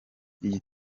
iyi